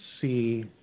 see